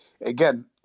Again